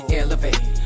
elevate